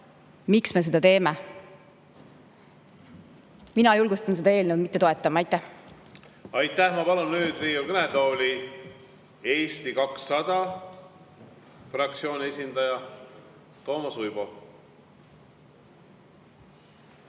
Miks me seda teeme? Mina julgustan seda eelnõu mitte toetama. Aitäh! Aitäh! Ma palun nüüd Riigikogu kõnetooli Eesti 200 fraktsiooni esindaja Toomas Uibo.